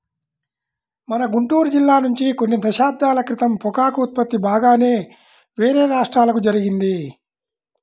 మన గుంటూరు జిల్లా నుంచి కొన్ని దశాబ్దాల క్రితం పొగాకు ఉత్పత్తి బాగానే వేరే రాష్ట్రాలకు జరిగింది